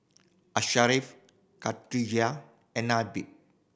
Ashraf Khadija and Nabil